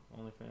OnlyFans